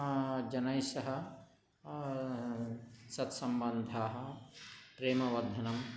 जनैस्सह सत्सम्बन्धः प्रेमवर्धनं